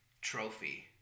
trophy